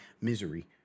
misery